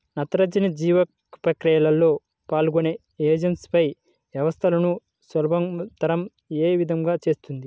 నత్రజని జీవక్రియలో పాల్గొనే ఎంజైమ్ వ్యవస్థలను సులభతరం ఏ విధముగా చేస్తుంది?